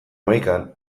hamaikan